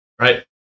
right